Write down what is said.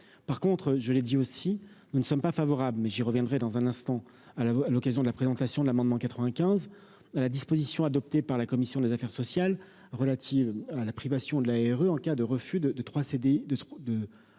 par contre, je l'ai dit aussi : nous ne sommes pas favorables, mais j'y reviendrai dans un instant à la à l'occasion de la présentation de l'amendement 95 à la disposition adoptée par la commission des affaires sociales relatives à la privation de la en cas de refus de deux